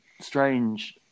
strange